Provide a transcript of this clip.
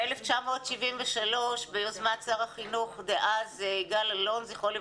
ב-1973 ביוזמת שר החינוך דאז יגאל אלון ז"ל,